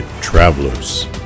travelers